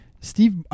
Steve